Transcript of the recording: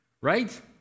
Right